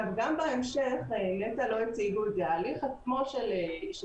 גם בהמשך נת"ע לא הציגו את זה ההליך עצמו של יידוע